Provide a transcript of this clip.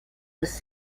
was